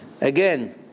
again